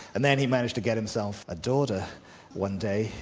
and then he managed to get himself a daughter one day.